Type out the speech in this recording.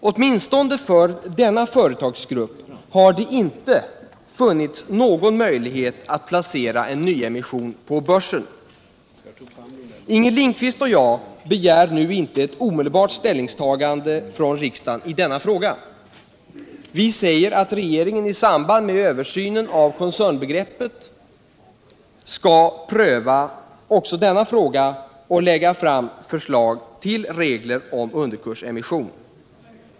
Åtminstone för denna företagsgrupp har det inte funnits någon möjlighet att placera en nyemission på börsen. Inger Lindquist och jag begär nu inte ett omedelbart ställningstagande från riksdagen i denna fråga. Vi säger att regeringen i samband med översynen av koncernbegreppet bör pröva också denna fråga och lägga fram förslag till regler om underkursemission.